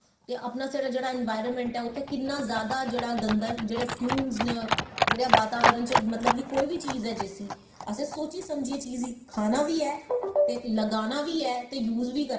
ते अपनां साढ़ा जेह्ड़ा इंन्वार्रमैंट ऐ उत्थें किन्ना जादा गंदा जेह्ड़े फ्यूमसन जेह्ड़े बाताबरन च कोई बी चीज़ ऐ जिसी सोची समझियै असैं चीज़ गी खाना बी ऐ ते लगाना बी ऐ ते यूज़ बी करनां ऐ